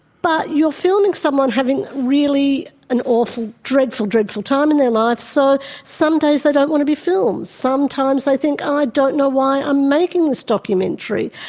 but you are filming someone having really an awful, dreadful, dreadful time in their lives, so some days they don't want to be filmed, sometimes they think i don't know why i'm making this documentary.